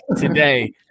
today